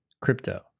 crypto